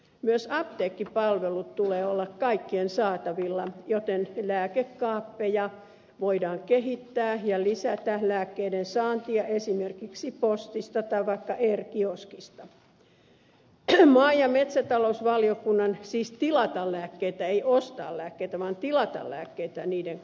myös apteekkipalvelujen tulee olla kaikkien saatavilla joten lääkekaappeja voidaan kehittää ja lisätä lääkkeiden saantia esimerkiksi postista tai vaikka r kioskista siis tilata lääkkeitä ei ostaa lääkkeitä vaan tilata lääkkeitä niiden kautta